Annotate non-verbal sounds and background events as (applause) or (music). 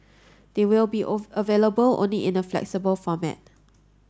they will be (unintelligible) available only in a flexible format